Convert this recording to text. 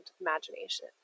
imagination